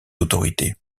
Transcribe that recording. autorités